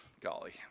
Golly